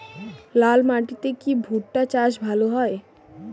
লাল মাটিতে কি ভুট্টা চাষ ভালো হয়?